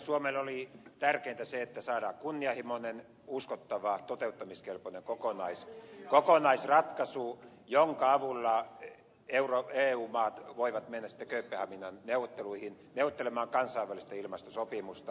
suomelle oli tärkeätä se että saadaan kunnianhimoinen uskottava toteuttamiskelpoinen kokonaisratkaisu jonka avulla eu maat voivat mennä sitten kööpenhaminan neuvotteluihin neuvottelemaan kansainvälistä ilmastosopimusta